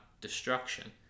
destruction